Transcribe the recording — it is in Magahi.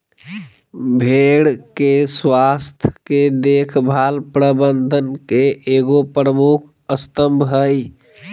भेड़ के स्वास्थ के देख भाल प्रबंधन के एगो प्रमुख स्तम्भ हइ